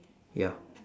ya